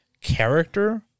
character